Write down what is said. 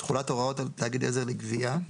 תחולת הוראות על תאגיד עזר לגבייה.